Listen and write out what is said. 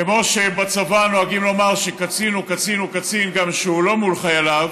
כמו שבצבא נוהגים לומר שקצין הוא קצין הוא קצין גם כשהוא לא מול חייליו,